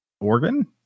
organ